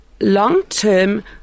Long-term